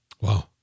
Wow